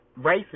racist